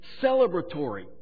celebratory